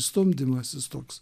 stumdymasis toks